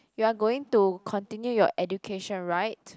you are going to continue your education right